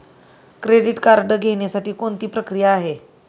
Credit card घेण्यासाठी कोणती प्रक्रिया आहे?